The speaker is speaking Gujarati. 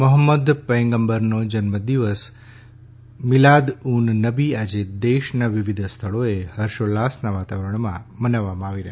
મોહમ્મદ પયગંબરનો જન્મદિન મિલાદ ઉન નબી આજે દેશનાં વિવિધ સ્થળોએ ફર્ષોલ્લાસનાં વાતાવરણમાં મનાવવામાં આવી રહ્યો છે